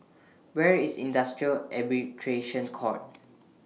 Where IS Industrial Arbitration Court